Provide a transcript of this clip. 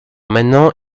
maintenant